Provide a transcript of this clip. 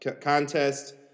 contest